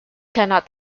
cannot